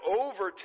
over